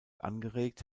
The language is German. angeregt